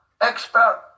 Expert